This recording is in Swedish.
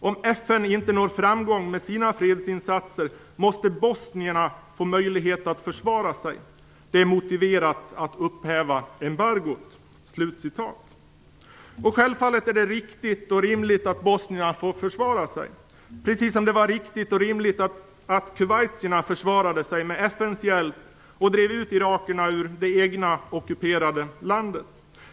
Om FN inte når framgång med sina fredsinsatser måste bosnierna få möjlighet att försvara sig. Det är motiverat att upphäva embargot." Självfallet är det riktigt och rimligt att bosnierna får försvara sig. Precis på samma sätt var det riktigt och rimligt att kuwaitierna försvarade sig med FN:s hjälp och drev ut irakerna ur det egna, ockuperade landet.